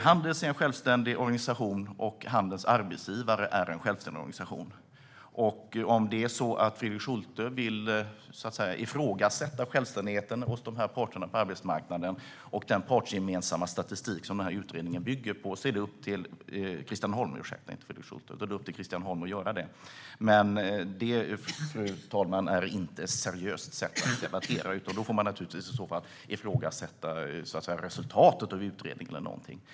Handels är en självständig organisation, liksom handelns arbetsgivarorganisation. Om Christian Holm Barenfeld vill ifrågasätta självständigheten hos de här parterna på arbetsmarknaden och den partsgemensamma statistik som utredningen bygger på är det upp till honom att göra det. Men det är inte ett seriöst sätt att debattera, fru talman. I så fall får man naturligtvis ifrågasätta resultatet av utredningen eller någonting sådant.